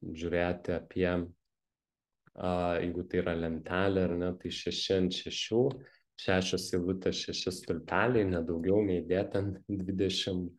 žiūrėti apie a jeigu tai yra lentelė ar ne tai šeši ant šešių šešios eilutės šeši stulpeliai ne daugiau neįdėt ten dvidešim